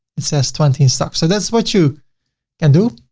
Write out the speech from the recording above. it says twenty stock. so that is what you can do